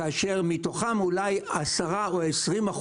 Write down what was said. כאשר מתוכם אולי ב-10% או 20%,